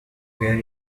where